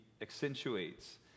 accentuates